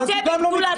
אז הוא גם לא מקצוען?